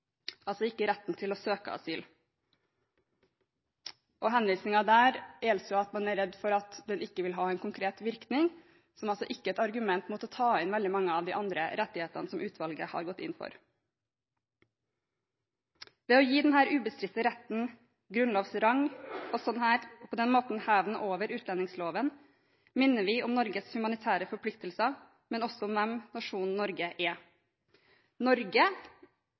altså ikke retten til å søke asyl. Henvisningen gjelder at man er redd for at den ikke vil ha en konkret virkning, som altså ikke er et argument mot å ta inn veldig mange av de andre rettighetene som utvalget har gått inn for. Ved å gi denne ubestridte retten grunnlovs rang og på den måten heve den over utlendingsloven minner vi om Norges humanitære forpliktelser, men også om hvem nasjonen Norge er. Nasjonen Norge